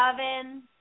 oven